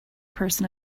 person